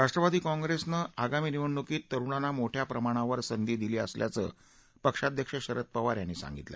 राष्ट्रवादी काँप्रेसने आगामी निवडणुकीत तरूणांना मोठ्या प्रमाणावर संधी दिली असल्याचं पक्षाध्यक्ष शरद पवार यांनी सांगितलं